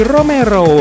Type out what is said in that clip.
Romero